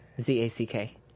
Z-A-C-K